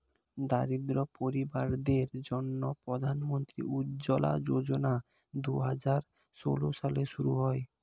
দরিদ্র পরিবারদের জন্যে প্রধান মন্ত্রী উজ্জলা যোজনা দুহাজার ষোল সালে শুরু হয়